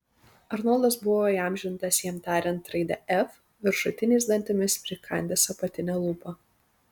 arnoldas buvo įamžintas jam tariant raidę f viršutiniais dantimis prikandęs apatinę lūpą